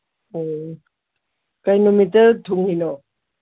ꯑꯣ ꯀꯩ ꯅꯨꯃꯤꯠꯇ ꯊꯨꯡꯉꯤꯅꯣ